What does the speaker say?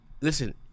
Listen